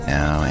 Now